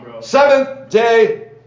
Seventh-day